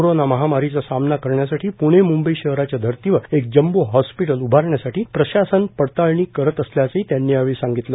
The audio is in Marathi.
कोरोना महामारी चा सामना करण्यासाठी प्णे मंंबई शहराच्या धर्तीवर एक जम्बो हॉस्पिटल उभारण्यासाठी प्रशासन पडताळणी करत असल्याचेही त्यांनी यावेळी सांगितले